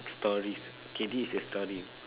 stories okay this is a story